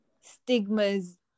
stigmas